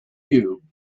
you